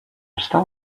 still